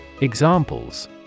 Examples